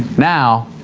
now,